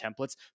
templates